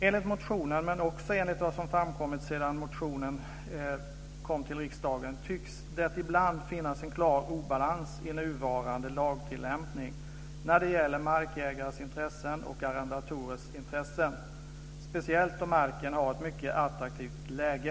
Enligt motionen, men också enligt vad som framkommit sedan motionen väcktes i riksdagen, tycks det ibland finnas en klar obalans i nuvarande lagtillämpning mellan markägares intressen och arrendators intressen, speciellt då marken har ett mycket attraktivt läge.